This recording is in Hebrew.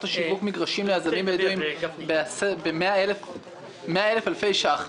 משיווק מגרים ליזמים בדואים ב-100,000 אלפי ש"ח,